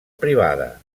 privada